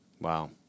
Wow